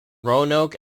roanoke